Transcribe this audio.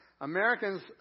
Americans